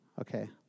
Okay